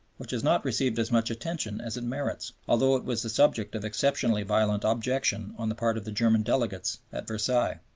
which has not received as much attention as it merits, although it was the subject of exceptionally violent objection on the part of the german delegates at versailles.